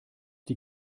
die